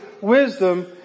wisdom